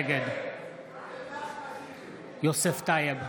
נגד יוסף טייב,